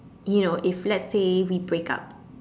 you know if let's say we break up